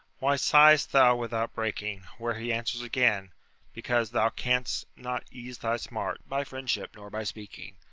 why sigh'st thou without breaking? where he answers again because thou canst not ease thy smart by friendship nor by speaking.